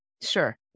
Sure